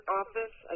office